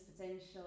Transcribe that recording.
potential